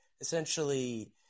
essentially –